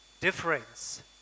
difference